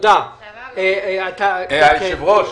היושב ראש,